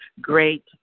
great